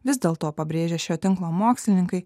vis dėlto pabrėžia šio tinklo mokslininkai